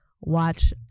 watch